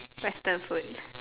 Western food